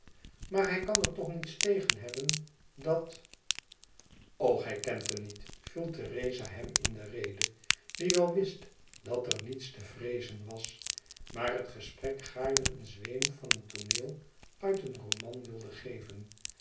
maar hij kan er toch niets tegen hebben dat g gij kent hem niet viel theresa hem in de rede die wel wist dat er niets te vreezen was maar het gesprek gaarne een zweem van een tooneel uit een roman wilde geven